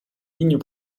lignes